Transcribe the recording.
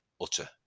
utter